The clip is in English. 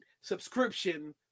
subscription